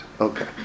Okay